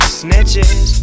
snitches